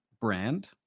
brand